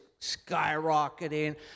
skyrocketing